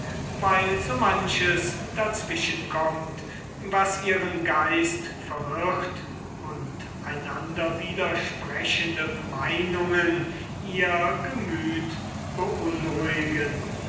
weil so manches dazwischen kommt was ihren geist verwirrt und einander widersprechende meinungen ihr gemüth beunruhigen